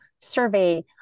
survey